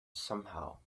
somehow